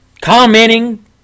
Commenting